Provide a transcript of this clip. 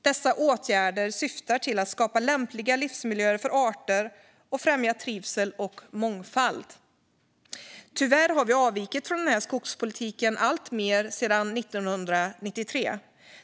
Dessa åtgärder syftar till att skapa lämpliga livsmiljöer för arter och främja trivsel och mångfald. Tyvärr har vi avvikit alltmer från denna skogspolitik sedan 1993.